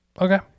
okay